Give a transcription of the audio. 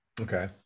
Okay